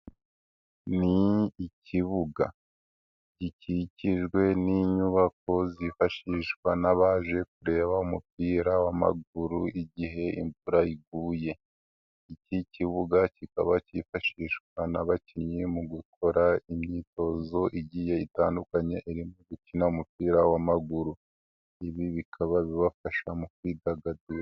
Ni ikibuga gikikijwe n'inyubako zifashishwa n'abaje kureba umupira w'amaguru igihe imvura iguye. Iki kibuga kikaba cyifashishwa n'abakinnyi mu gukora imyitozo igiye itandukanye irimo gukina umupira w'amaguru. Ibi bikaba bibafasha mu kwidagadura.